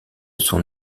son